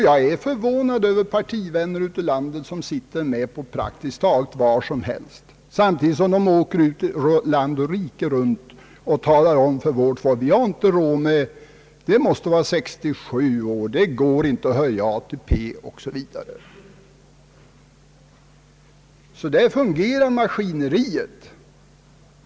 Jag är förvånad över att partivänner ute i landet är med på praktiskt taget vad som helst samtidigt som de åker land och rike runt och talar om för vårt folk att pensionsåldern måste vara 67 år och att det inte går att höja ATP. Så fungerar maskineriet.